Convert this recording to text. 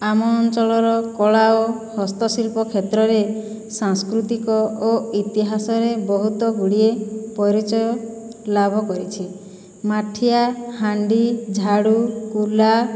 ଆମ ଅଞ୍ଚଳର କଳା ଓ ହସ୍ତଶିଳ୍ପ କ୍ଷେତ୍ରରେ ସାଂସ୍କୃତିକ ଓ ଇତିହାସରେ ବହୁତଗୁଡ଼ିଏ ପରିଚୟ ଲାଭ କରିଛି ମାଠିଆ ହାଣ୍ଡି ଝାଡ଼ୁ କୁଲା